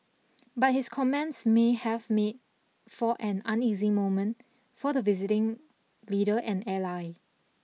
but his comments may have made for an uneasy moment for the visiting leader and ally